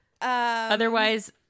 Otherwise